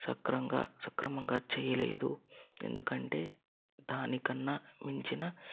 సక్రంగా సక్రమంగా చేయలేదు ఎందుకంటే దానికన్నా మించిన